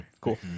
cool